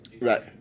Right